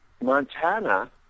Montana